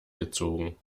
gezogen